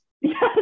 Yes